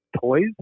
toys